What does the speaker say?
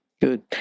good